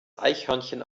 eichhörnchen